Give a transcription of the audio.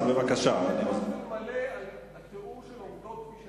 אלה לא העובדות.